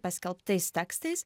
paskelbtais tekstais